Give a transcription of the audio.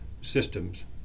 systems